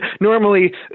Normally